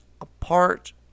apart